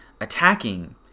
attacking